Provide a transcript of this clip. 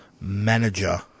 manager